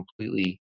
completely